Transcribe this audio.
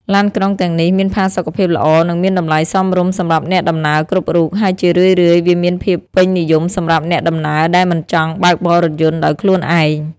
ឡានក្រុងទាំងនេះមានផាសុកភាពល្អនិងមានតម្លៃសមរម្យសម្រាប់អ្នកដំណើរគ្រប់រូប ហើយជារឿយៗវាមានភាពពេញនិយមសម្រាប់អ្នកដំណើរដែលមិនចង់បើកបររថយន្តដោយខ្លួនឯង។